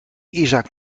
isaac